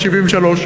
ב-73',